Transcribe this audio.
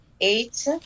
eight